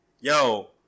yo